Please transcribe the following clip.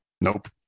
Nope